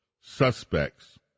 suspects